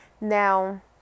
Now